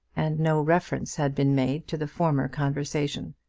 and no reference had been made to the former conversation.